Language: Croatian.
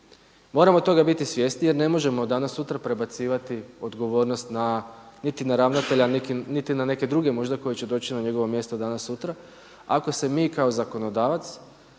Moramo toga biti svjesni jer ne možemo danas sutra prebacivati odgovornost na, niti na ravnatelja niti na neke druge možda koji će doći na njegovo mjesto danas sutra ako se mi kao zakonodavac